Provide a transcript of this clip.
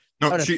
no